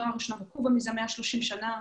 המושלם, 130 שנים.